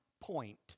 point